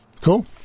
Cool